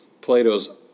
Plato's